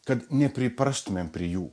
kad nepriprastumėm prie jų